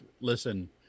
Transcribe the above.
listen